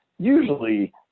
Usually